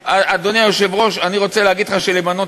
קל וחומר, אני מבין.